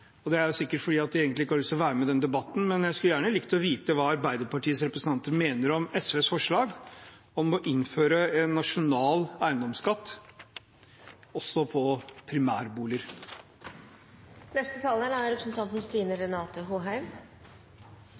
Det er sikkert fordi de egentlig ikke har lyst til å være med i den debatten, men jeg skulle gjerne likt å vite hva Arbeiderpartiets representanter mener om SVs forslag om å innføre en nasjonal eiendomsskatt også på primærboliger. Jeg hører at representanten